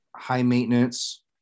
high-maintenance